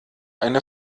eine